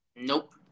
Nope